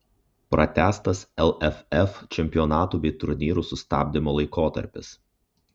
pratęstas lff čempionatų bei turnyrų sustabdymo laikotarpis